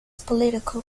political